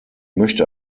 möchte